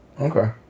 Okay